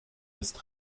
ist